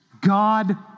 God